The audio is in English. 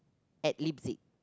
at Leipzig